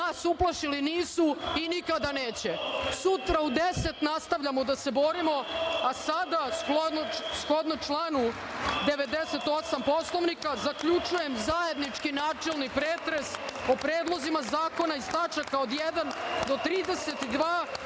Nas uplašili nisu i nikada neće. Sutra u 10.00 časova nastavljamo da se borimo, a sada, shodno članu 98. Poslovnika, zaključujem zajednički načelni pretres o predlozima zakona iz tačaka od 1. do 32,